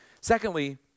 Secondly